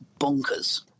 bonkers